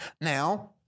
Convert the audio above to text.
Now